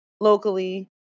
locally